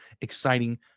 exciting